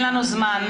אין לנו זמן.